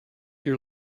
your